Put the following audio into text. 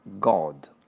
God